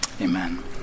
Amen